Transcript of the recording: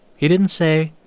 he didn't say,